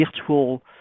virtual